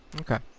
Okay